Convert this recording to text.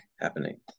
happening